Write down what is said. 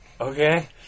Okay